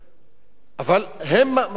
אבל הם הרחיקו לכת